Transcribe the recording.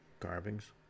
carvings